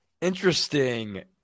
Interesting